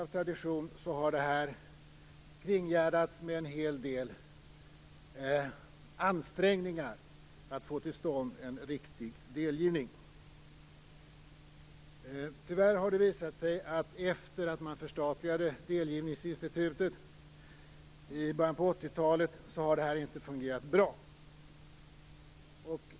Av tradition har det här kringgärdats med en hel del ansträngningar för att få till stånd en riktig delgivning. Tyvärr har det visat sig att sedan man förstatligade delgivningsinstitutet i början av 80-talet har det här inte fungerat bra.